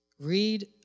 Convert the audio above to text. Read